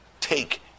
Take